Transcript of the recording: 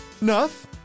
Enough